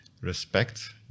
Respect